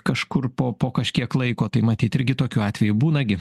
kažkur po po kažkiek laiko tai matyt irgi tokių atvejų būna gi